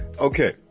okay